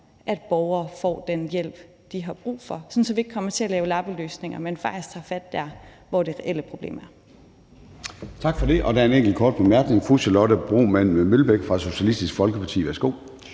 at borgere får den hjælp, de har brug for, sådan at vi ikke kommer til at lave lappeløsninger, men faktisk tager fat der, hvor det reelle problem er. Kl. 11:14 Formanden (Søren Gade): Tak for det. Der er en enkelt kort bemærkning fra fru Charlotte Broman Mølbæk fra Socialistisk Folkeparti. Værsgo.